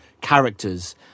characters